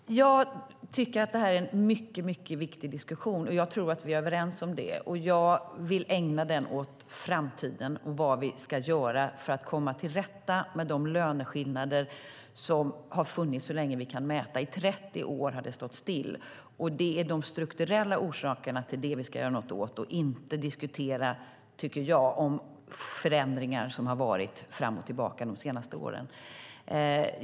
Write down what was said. Herr talman! Jag tycker att det här är en mycket viktig diskussion, och jag tror att vi är överens om det. Jag vill ägna den åt framtiden och åt vad vi ska göra för att komma till rätta med de löneskillnader som har funnits så länge vi har kunnat mäta. I 30 år har det stått stilla, och det är de strukturella orsakerna till det som vi ska göra något åt och inte diskutera om förändringar fram och tillbaka som har varit de senaste åren.